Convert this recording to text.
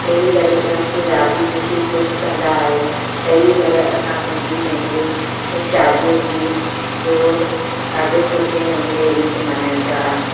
ॾेई करे उन्हनि खे राजी ख़ुशी ख़ुशि कंदा आहियूं अहिड़ी तरह असां सिंधी पंहिंजे शादी जी जो ॾाढो सुठे नमूने रीति मल्हाईंदा आहियूं